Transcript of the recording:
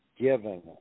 given